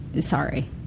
sorry